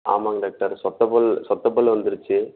ஆமாங்க டாக்டர் சொத்தைப்பல் சொத்தப்பல் வந்துருச்சு